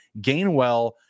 Gainwell